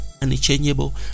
unchangeable